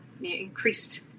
increased